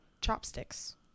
chopsticks